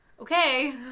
okay